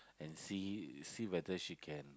and see see whether she can